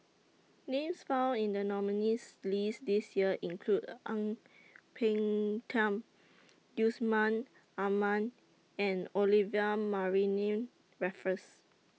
Names found in The nominees' list This Year include Ang Peng Tiam Yusman Aman and Olivia Mariamne Raffles